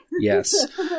Yes